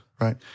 right